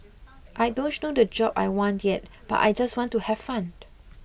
I don't know the job I want yet but I just want to have fun